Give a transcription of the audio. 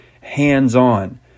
hands-on